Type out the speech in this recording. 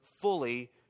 fully